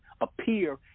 appear